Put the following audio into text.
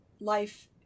Life